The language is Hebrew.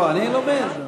אני לומד.